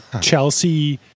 Chelsea